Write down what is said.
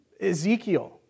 Ezekiel